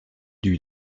lui